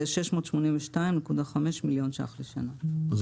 זה 682.5 מיליון ₪ לשנה על העמלה הזאת.